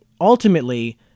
ultimately